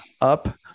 up